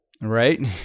Right